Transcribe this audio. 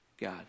God